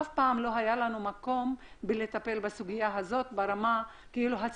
אף פעם לא היה לנו מקום לטפל בסוגיה הזו ברמה הציבורית.